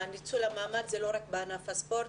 ניצול המעמד הוא לא רק בענף הספורט,